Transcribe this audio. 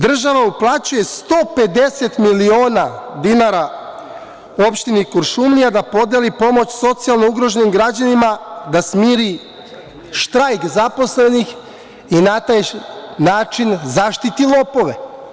Država uplaćuje 150 miliona dinara opštini Kuršumlija da podeli pomoć socijalno ugroženim građanima, da smiri štrajk zaposlenih i na taj način zaštiti lopove.